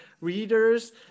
readers